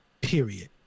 period